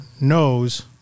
knows